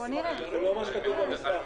זה לא מה שכתוב במסמך.